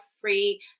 free